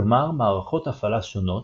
כלומר מערכות הפעלה שונות,